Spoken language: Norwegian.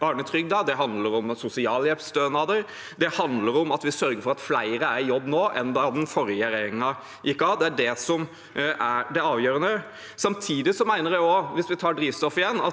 handler om sosialhjelpsstønader eller om at vi sørger for at flere er i jobb nå enn da den forrige regjeringen gikk av. Det er det som er det avgjørende. Samtidig mener jeg også, hvis vi tar drivstoff igjen,